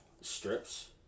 strips